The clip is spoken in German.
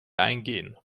eingehen